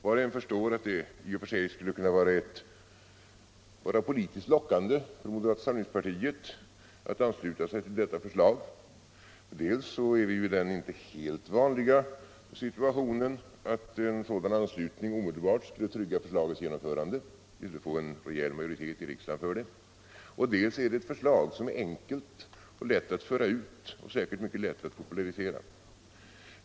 Var och en förstår att det i och för sig skulle kunna vara politiskt lockande för moderata samlingspartiet att ansluta sig till detta förslag. Dels är vi i den inte helt vanliga situationen att en sådan anslutning omedelbart skulle trygga förslagets genomförande — vi skulle få en rejäl majoritet i riksdagen för det — dels är det ett förslag som är enkelt och lätt att föra ut och säkert mycket lätt att popularisera.